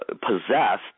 possessed